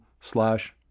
slash